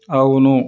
అవును